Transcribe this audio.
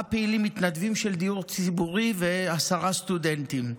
לארבעה פעילים מתנדבים של דיור ציבורי ולעשרה סטודנטים.